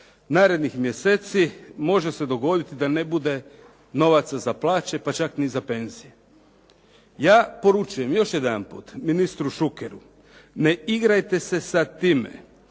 narednih mjeseci može se dogoditi da ne bude novaca za plaće, pa čak ni za penzije. Ja poručujem još jedanput ministru Šukeru, ne igrajte se sa time,